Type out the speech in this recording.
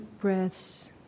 breaths